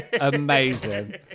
amazing